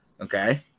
Okay